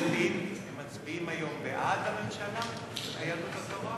מצביעים היום בעד הממשלה, יהדות התורה?